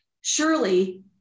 surely